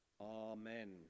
Amen